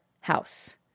house